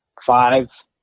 five